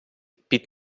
під